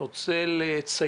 אני רוצה לציין